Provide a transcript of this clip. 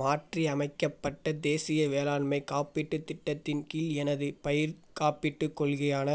மாற்றி அமைக்கப்பட்ட தேசிய வேளாண்மைக் காப்பீட்டுத் திட்டத்தின் கீழ் எனது பயிர்க் காப்பீட்டுக் கொள்கையான